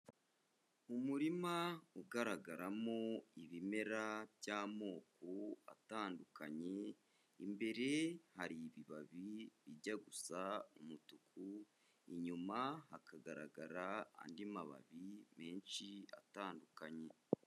Umurima ugaragaramo ibimera by'amoko atandukanye, imbere hari ibibabi bijya gusa umutuku, inyuma hakagaragara andi mababi menshi atandukanye.